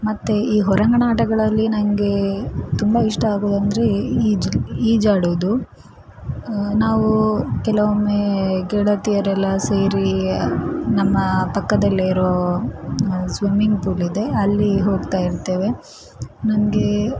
ಮತ್ತು ಈ ಹೊರಾಂಗಣ ಆಟಗಳಲ್ಲಿ ನನಗೆ ತುಂಬ ಇಷ್ಟ ಆಗುವುದಂದ್ರೆ ಈ ಈಜು ಈಜಾಡುವುದು ನಾವು ಕೆಲವೊಮ್ಮೆ ಗೆಳತಿಯರೆಲ್ಲ ಸೇರಿ ನಮ್ಮ ಪಕ್ಕದಲ್ಲೇ ಇರೋ ಸ್ವಿಮ್ಮಿಂಗ್ ಪೂಲ್ ಇದೆ ಅಲ್ಲಿ ಹೋಗ್ತಾ ಇರ್ತೇವೆ ನನಗೆ